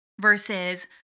versus